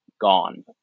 gone